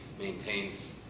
maintains